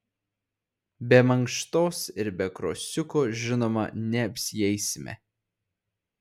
be mankštos ir be krosiuko žinoma neapsieisime